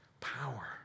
power